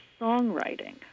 songwriting